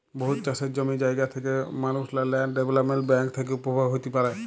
বহুত চাষের জমি জায়গা থ্যাকা মালুসলা ল্যান্ড ডেভেলপ্মেল্ট ব্যাংক থ্যাকে উপভোগ হ্যতে পারে